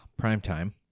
Primetime